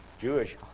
Jewish